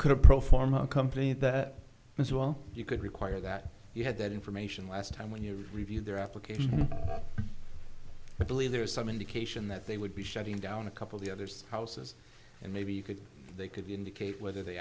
could pro forma a company that was well you could require that you had that information last time when you review their application i believe there is some indication that they would be shutting down a couple the others houses and maybe you could they could indicate whether they